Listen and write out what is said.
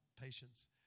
patience